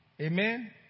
Amen